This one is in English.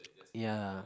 ya